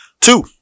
Two